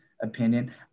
opinion